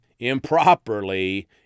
Improperly